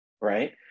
right